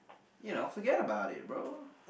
you know forget about it bro